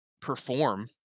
perform